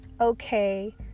okay